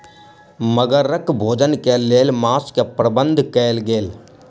मगरक भोजन के लेल मांस के प्रबंध कयल गेल